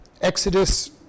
Exodus